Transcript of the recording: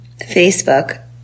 Facebook